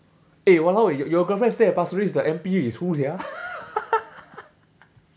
eh !walao! your girlfriend stay at pasir ris the M_P is who sia